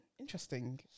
Interesting